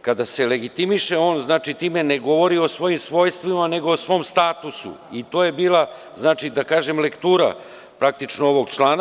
kada se legitimiše, on time ne govori o svojim svojstvima, nego o svom statusu i to je bila, da kažem lektura, praktično ovog člana.